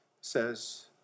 says